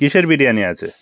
কীসের বিরিয়ানি আছে